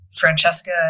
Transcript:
Francesca